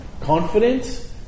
confidence